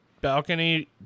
balcony